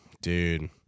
dude